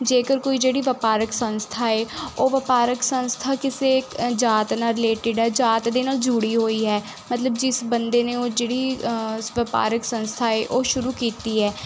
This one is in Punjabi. ਜੇਕਰ ਕੋਈ ਜਿਹੜੀ ਵਪਾਰਕ ਸੰਸਥਾ ਹੈ ਉਹ ਵਪਾਰਕ ਸੰਸਥਾ ਕਿਸੇ ਜਾਤ ਨਾਲ ਰਿਲੇਟਿਡ ਹੈ ਜਾਤ ਦੇ ਨਾਲ ਜੁੜੀ ਹੋਈ ਹੈ ਮਤਲਬ ਜਿਸ ਬੰਦੇ ਨੇ ਉਹ ਜਿਹੜੀ ਵਪਾਰਕ ਸੰਸਥਾ ਹੈ ਉਹ ਸ਼ੁਰੂ ਕੀਤੀ ਹੈ